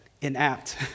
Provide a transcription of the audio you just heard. inapt